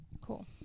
cool